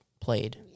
played